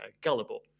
gullible